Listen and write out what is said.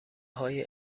های